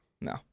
no